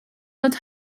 fod